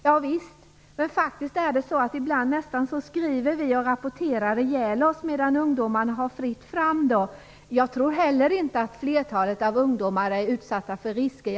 Ja visst, men det är faktiskt så att vi ibland nästan skriver och rapporterar ihjäl oss medan ungdomarna får fritt fram. Jag tror vidare inte att flertalet av ungdomarna är utsatta för risker.